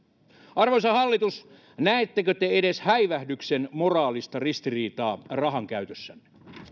arvoisa hallitus näettekö te edes häivähdyksen moraalista ristiriitaa rahankäytössänne